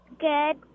Good